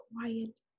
quiet